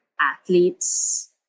athletes